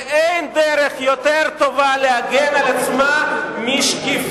ואין לה דרך יותר טובה להגן על עצמה משקיפות.